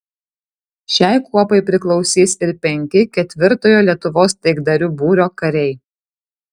šiai kuopai priklausys ir penki ketvirtojo lietuvos taikdarių būrio kariai